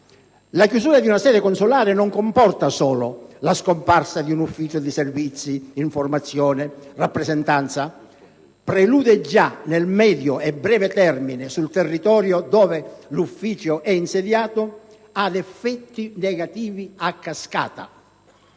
La chiusura di una sede consolare non comporta solo la scomparsa di un ufficio di servizi, informazione, rappresentanza. Prelude, già nel medio e breve termine sul territorio dove l'ufficio è insediato, ad effetti negativi a cascata.